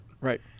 Right